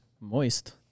moist